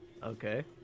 Okay